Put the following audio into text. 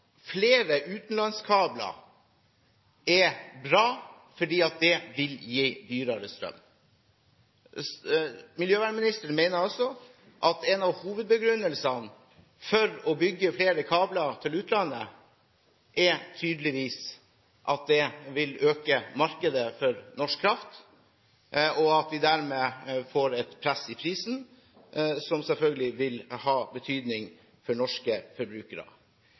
vil gi dyrere strøm. Miljøvernministeren mener altså at en av hovedbegrunnelsene for å bygge flere kabler til utlandet tydeligvis er at det vil øke markedet for norsk kraft, og at vi dermed får et press i prisen som selvfølgelig vil ha betydning for norske forbrukere.